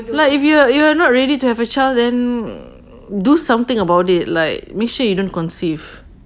like if you~ you're not ready to have a child then do something about it like make sure you don't conceive